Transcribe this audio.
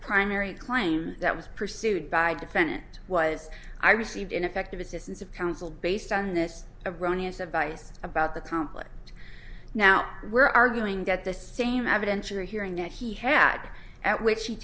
primary claim that was pursued by defendant was i received ineffective assistance of counsel based on this erroneous advice about the conflict now we're arguing get the same evidence you're hearing that he had at which he